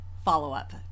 follow-up